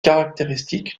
caractéristique